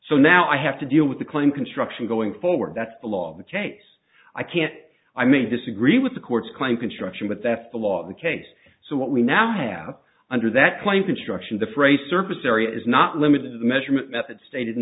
so now i have to deal with the claim construction going forward that's the law of the chase i can't i may disagree with the court's claim construction but that's the law of the case so what we now have under that claim construction the phrase surface area is not limited to the measurement method stated an